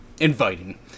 inviting